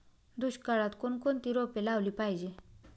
दुष्काळात कोणकोणती रोपे लावली पाहिजे?